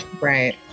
right